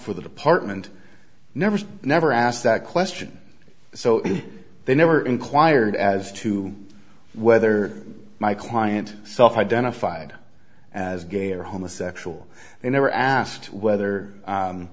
for the department never never asked that question so they never inquired as to whether my client self identified as gay or homosexual they never asked whether